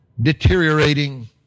deteriorating